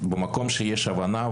במקום שיש הבנה,